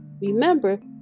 Remember